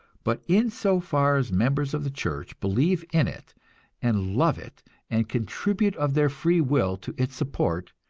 but in so far as members of the church believe in it and love it and contribute of their free will to its support,